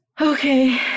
Okay